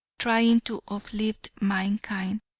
trying to uplift mankind,